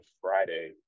Friday